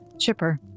chipper